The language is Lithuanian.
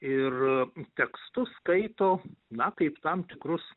ir tekstus skaito na kaip tam tikrus